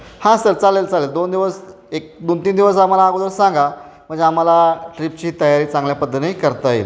हां सर चालेल चालेल दोन दिवस एक दोन तीन दिवस आम्हाला अगोदर सांगा म्हणजे आम्हाला ट्रिपची तयारी चांगल्या पद्धतीने करता येईल